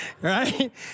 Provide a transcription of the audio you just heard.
right